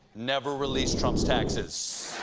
never release trump's taxes.